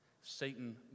Satan